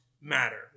matter